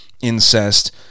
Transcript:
incest